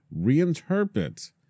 reinterpret